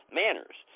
manners